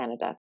Canada